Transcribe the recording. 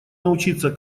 научиться